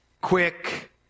quick